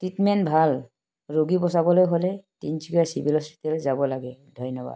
treatment ভাল ৰোগী বচাবলৈ হ'লে তিনিচুকীয়াৰ চিভিল হস্পিটেল যাব লাগে ধন্যবাদ